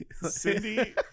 Cindy